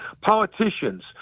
Politicians